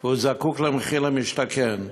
והוא זקוק למחיר למשתכן.